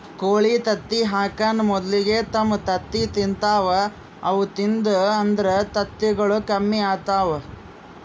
ಕೋಳಿ ತತ್ತಿ ಹಾಕಾನ್ ಮೊದಲಿಗೆ ತಮ್ ತತ್ತಿ ತಿಂತಾವ್ ಅವು ತಿಂದು ಅಂದ್ರ ತತ್ತಿಗೊಳ್ ಕಮ್ಮಿ ಆತವ್